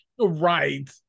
right